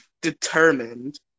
determined